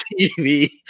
TV